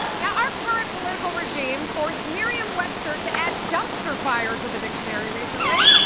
yeah our current political regime forced merriam-webster to add dumpster fire to the dictionary recently.